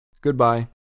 Goodbye